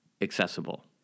accessible